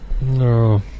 No